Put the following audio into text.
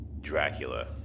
Dracula